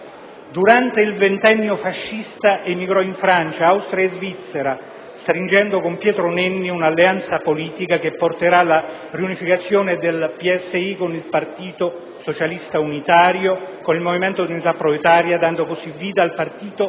Durante il ventennio fascista emigrò in Francia, Austria e Svizzera, stringendo con Pietro Nenni un'alleanza politica che porterà alla riunifìcazione di PSI e PSU con il Movimento di unità proletaria, dando così vita al Partito socialista